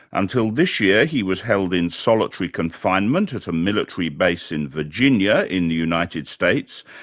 until this year he was held in solitary confinement at a military base in virginia in the united states.